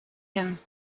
him